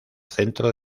centro